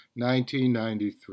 1993